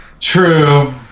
true